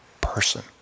person